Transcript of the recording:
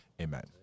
Amen